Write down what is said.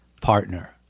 partner